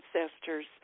ancestors